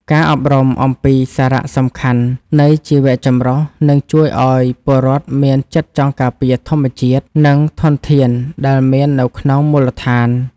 ការអប់រំអំពីសារៈសំខាន់នៃជីវចម្រុះនឹងជួយឱ្យពលរដ្ឋមានចិត្តចង់ការពារធម្មជាតិ និងធនធានដែលមាននៅក្នុងមូលដ្ឋាន។